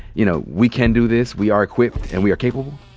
you know, we can do this, we are equipped, and we are capable?